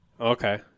Okay